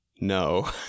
No